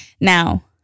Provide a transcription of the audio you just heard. Now